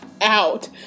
out